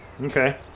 Okay